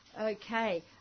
Okay